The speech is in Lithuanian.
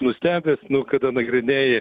nustebęs nu kada nagrinėji